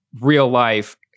real-life